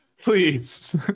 Please